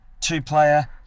two-player